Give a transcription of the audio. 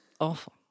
awful